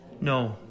No